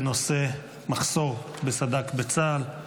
בנושא של מחסור סד"כ בצה"ל.